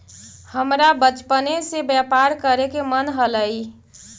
हमरा बचपने से व्यापार करे के मन हलई